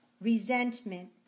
resentment